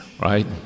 right